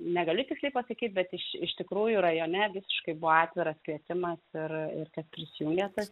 negaliu tiksliai pasakyt bet iš iš tikrųjų rajone visiškai buvo atviras kvietimas ir ir kas prisijungė tas